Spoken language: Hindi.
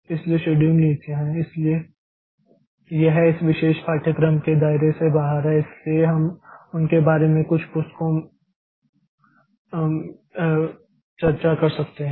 इसलिए शेड्यूलिंग नीतियां हैं इसलिए यह इस विशेष पाठ्यक्रम के दायरे से बाहर है इसलिए हम उनके बारे में कुछ पुस्तकों चर्चा कर सकते हैं